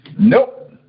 Nope